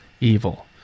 evil